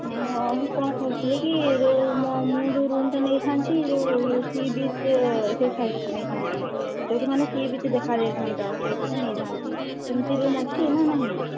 ହୁଁ ହଁ ମୁଁ କ'ଣ କହୁଥିଲି କି ଯେଉଁ ମୋ ମୁଁ ଯେଉଁ ରୁମ୍ଟା ନେଇଥାନ୍ତି ଯେଉଁ ସି ବିଚ୍ ସେ ସାଇଟ୍କୁ ନେଇଥାନ୍ତି ଯେଉଁଠି ମାନେ ସି ବିଚ୍ ଦେଖାଯାଇଥାନ୍ତା ସେଇପଟେ ନେଇଥାନ୍ତି ସେମିତି ରୁମ୍ ଅଛି ନା ନାହିଁ